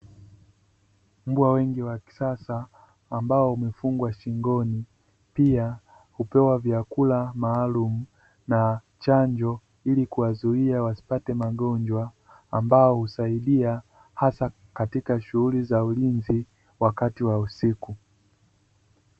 Mbwa wengi wa kisasa ambao wamefungwa shingoni, pia kupewa vyakula maalumu na chanjo ili kuwazuia wasipate magonjwa. Ambao husaidia hasa katika shughuli za ulinzi wakati wa usiku.